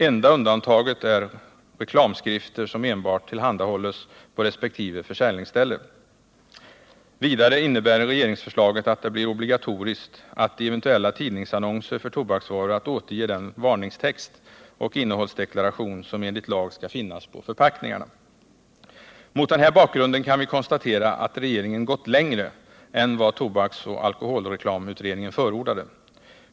Enda undantaget är reklamskrifter som enbart tillhandahålls på resp. försäljningsställe. Vidare innebär regeringsförslaget, att det blir obligatoriskt att i eventuella tidningsannonser för tobaksvaror återge den varningstext och innehållsdeklaration som enligt lag skall finnas på förpackningarna. Mot den här bakgrunden kan vi konstatera att regeringen gått längre än vad tobaksoch alkoholreklamutredningen förordade.